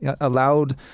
allowed